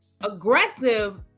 aggressive